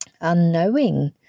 unknowing